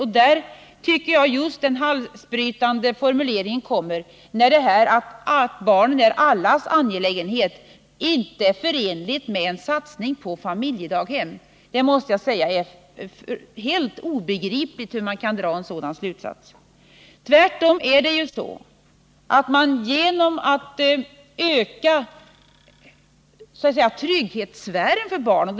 Och det är just där jag tycker att den halsbrytande formuleringen kommer, när Eva Hjelmström säger att detta att barnen är allas angelägenhet inte är förenligt med en satsning på familjedaghem. Jag måste säga att det är obegripligt hur man kan dra en sådan slutsats. Tvärtom förhåller det sig ju så att man kan öka låt mig säga trygghetssfären för barnen.